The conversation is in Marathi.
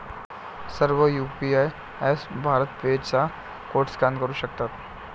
सर्व यू.पी.आय ऍपप्स भारत पे चा कोड स्कॅन करू शकतात